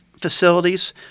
facilities